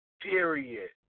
period